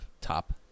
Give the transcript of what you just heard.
Top